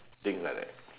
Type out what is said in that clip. thing like that